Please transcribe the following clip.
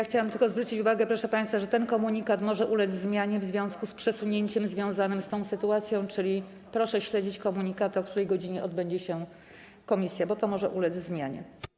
Chciałam tylko zwrócić uwagę, proszę państwa, że ten komunikat może ulec zmianie w związku z przesunięciem związanym z tą sytuacją, czyli proszę śledzić komunikaty, o której godzinie odbędzie się posiedzenie komisji, bo to może ulec zmianie.